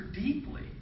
deeply